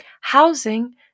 Housing